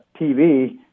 TV